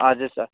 हजुर सर